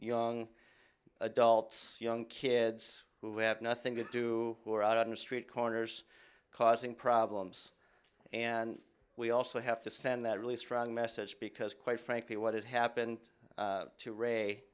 young adults young kids who have nothing to do who are out in the street corners causing problems and we also have to send that really strong message because quite frankly what happened to ray